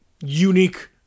unique